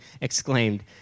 exclaimed